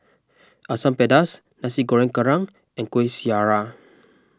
Asam Pedas Nasi Goreng Kerang and Kuih Syara